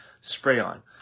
spray-on